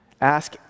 Ask